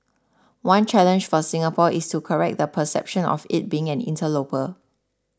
one challenge for Singapore is to correct the perception of it being an interloper